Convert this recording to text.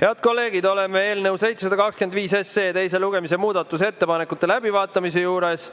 Head kolleegid, oleme eelnõu 725 teise lugemise muudatusettepanekute läbivaatamise juures.